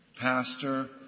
pastor